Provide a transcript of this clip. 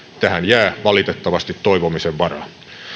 tähän jää valitettavasti toivomisen varaa